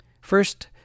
First